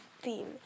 theme